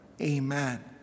Amen